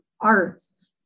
arts